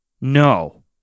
No